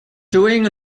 doing